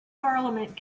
parliament